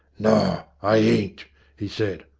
no i ain't he said.